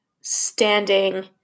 standing